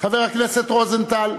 חבר הכנסת רוזנטל,